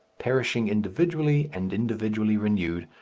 perishing individually and individually renewed,